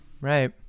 right